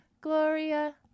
gloria